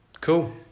cool